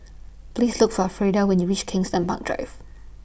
Please Look For Freida when YOU REACH Kensington Park Drive